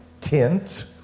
tint